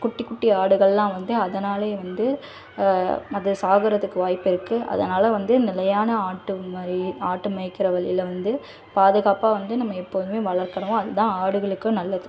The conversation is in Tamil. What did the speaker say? குட்டி குட்டி ஆடுகள்லாம் வந்து அதனாலே வந்து அது சாகுறதுக்கு வாய்ப்பு இருக்குது அதனால் வந்து நிலையான ஆட்டு மாதிரி ஆட்டு மேய்க்கிற வழில வந்து பாதுகாப்பாக வந்து நம்ம எப்போதுமே வளர்க்கணும் அது தான் ஆடுகளுக்கும் நல்லது